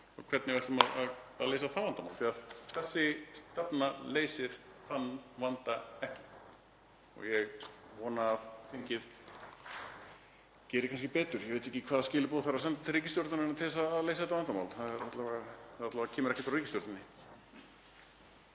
og hvernig við ætlum að leysa það vandamál því að þessi stefna leysir þann vanda ekki. Ég vona að þingið geri kannski betur. Ég veit ekki hvaða skilaboð þarf að senda til ríkisstjórnarinnar til að leysa þetta vandamál, það kemur alla vega ekki frá ríkisstjórninni.